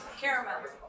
Caramel